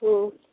ਹਮ